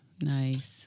nice